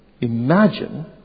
Imagine